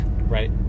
right